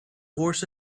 horse